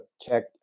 check